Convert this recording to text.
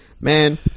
Man